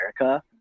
America